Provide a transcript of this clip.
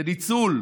בזכויות